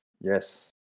yes